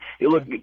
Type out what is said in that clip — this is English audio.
Look